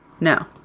no